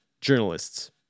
journalists